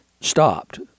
stopped